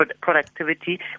productivity